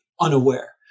unaware